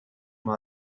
m’as